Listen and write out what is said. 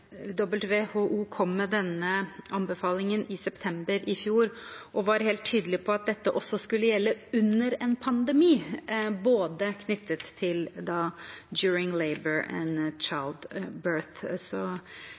WHO kom med denne anbefalingen i september i fjor og var helt tydelig på at dette også skulle gjelde under en pandemi, da knyttet til